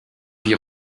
vit